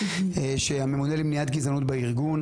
שהממונה למניעת גזענות בארגון,